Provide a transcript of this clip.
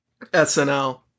SNL